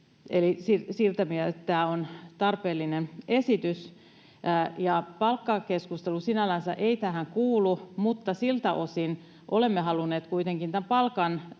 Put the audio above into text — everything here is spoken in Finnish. siinä mielessä tämä on tarpeellinen esitys. Palkkakeskustelu sinällänsä ei tähän kuulu, mutta siltä osin olemme halunneet kuitenkin